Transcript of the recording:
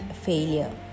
failure